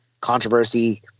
controversy –